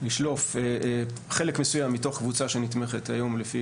לשלוף חלק מסוים מתוך קבוצה שנתמכת היום לפי